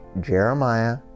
Jeremiah